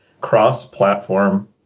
cross-platform